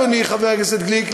אדוני חבר הכנסת גליק,